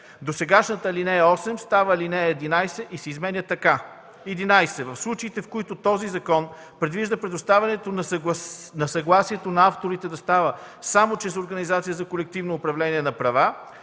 Досегашната ал. 8 става ал. 11 и се изменя така: „(11) В случаите, в които този закон предвижда предоставянето на съгласието на авторите да става само чрез организация за колективно управление на права,